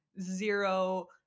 zero